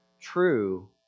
true